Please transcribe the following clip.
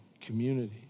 community